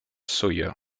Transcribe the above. sawyer